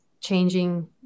changing